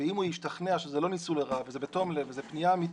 ואם הוא ישתכנע שזה לא ניצול לרעה וזה בתום לב וזו פנייה אמיתית,